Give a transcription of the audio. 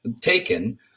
taken